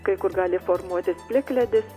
kai kur gali formuotis plikledis